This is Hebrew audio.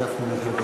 בבקשה.